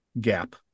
gap